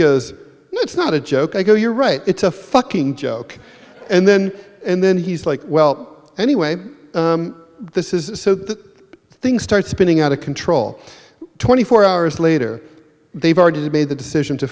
it's not a joke i go you're right it's a fucking joke and then and then he's like well anyway this is so that thing starts spinning out of control twenty four hours later they've already made the decision to